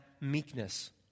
meekness